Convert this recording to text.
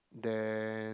then